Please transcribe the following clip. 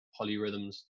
polyrhythms